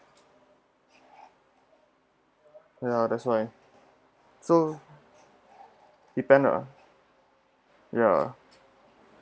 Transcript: ya that's why so depend lah ya